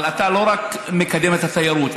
אבל אתה לא רק מקדם את התיירות,